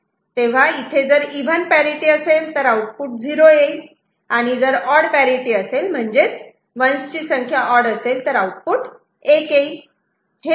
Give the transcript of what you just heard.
तेव्हा इथे जर इव्हन पॅरिटि असेल तर आउटपुट 0 येईल आणि जर ऑड पॅरिटि असेल म्हणजेच 1's ची संख्या ऑड असेल तर आउटपुट 1 येईल